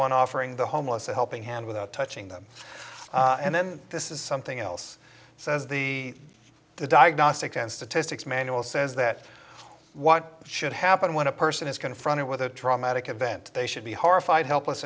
one offering the homeless a helping hand without touching them and then this is something else says the the diagnostic and statistics manual says that what should happen when a person is going from it with a traumatic event they should be horrified helpless